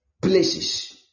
places